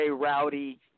Rowdy